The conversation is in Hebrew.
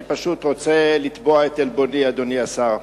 אני פשוט רוצה לתבוע את עלבוני, אדוני השר.